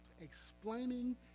explaining